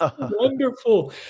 wonderful